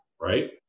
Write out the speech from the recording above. right